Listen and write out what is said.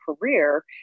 career